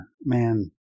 man